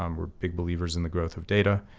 um we're big believers in the growth of data.